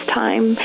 time